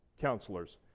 counselors